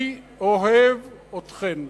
אני אוהב אתכן.